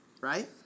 right